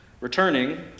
Returning